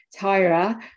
Tyra